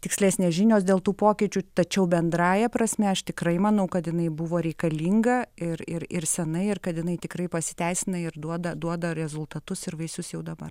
tikslesnės žinios dėl tų pokyčių tačiau bendrąja prasme aš tikrai manau kad jinai buvo reikalinga ir ir ir senai ir kad jinai tikrai pasiteisina ir duoda duoda rezultatus ir vaisius jau dabar